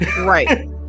Right